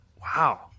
Wow